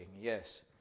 yes